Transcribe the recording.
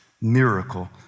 miracle